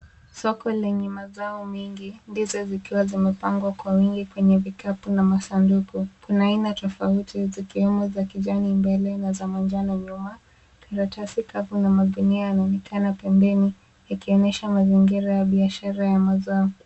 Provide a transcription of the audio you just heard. Soko lenye mazao mengi ndizi zikiwa zimepangwa kwa wingi kwenye vikapu na masanduku. Kuna aina tofauti zikiwemo za kijani mbele na za manjano nyuma. Makaratasi na magunia yanaonekana pembeni yakionyesha mazingira ya biashara ya mazao.